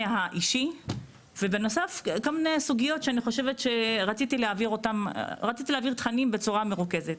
האישי ובנוסף יש כל מיני סוגיות ותכנים שרציתי להעביר בצורה מרוכזת.